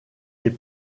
des